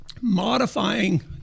modifying